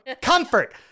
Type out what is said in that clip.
comfort